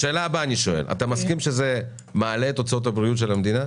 השאלה הבאה שאני שואל: אתה מסכים שזה מעלה את הוצאות הבריאות של המדינה?